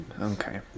Okay